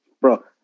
Bro